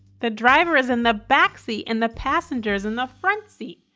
the driver is in the backseat and the passenger is in the front seat.